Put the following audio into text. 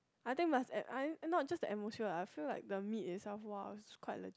I think must at not just the atmosphere lah I feel like the meat is somewhat quite legit